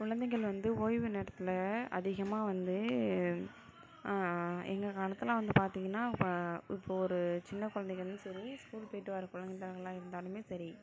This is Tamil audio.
குழந்தைகள் வந்து ஓய்வு நேரத்தில் அதிகமாக வந்து எங்கள் காலத்தில் வந்து பார்த்தீங்கன்னா இப்போ ஒரு சின்ன குழந்தைங்களுக்கும் சரி ஸ்கூலுல் போய்விட்டு வர குழந்தைகள்களா இருந்தாலுமே சரி